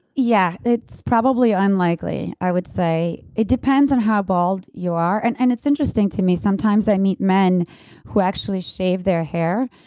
yeah, it's probably unlikely i would say. it depends on how bald you are. and and it's interesting to me, sometimes, i meet men who actually shave their hair,